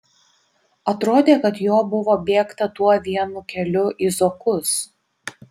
atrodė kad jo buvo bėgta tuo vienu keliu į zokus